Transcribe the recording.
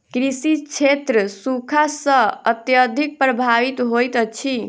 कृषि क्षेत्र सूखा सॅ अत्यधिक प्रभावित होइत अछि